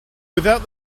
without